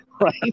right